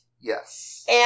Yes